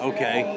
Okay